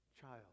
child